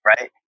right